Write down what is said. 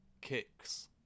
kicks